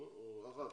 לא משנה.